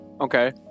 Okay